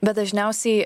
bet dažniausiai